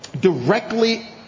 directly